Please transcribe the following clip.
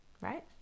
Right